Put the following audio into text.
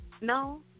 no